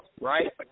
right